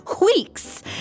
weeks